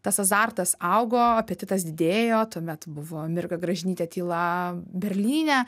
tas azartas augo apetitas didėjo tuomet buvo mirga gražinytė tyla berlyne